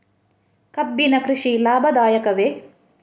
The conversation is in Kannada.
ಕಬ್ಬಿನ ಕೃಷಿ ಲಾಭದಾಯಕವೇ?